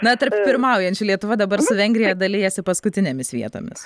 na tarp pirmaujančių lietuva dabar su vengrija dalijasi paskutinėmis vietomis